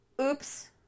Oops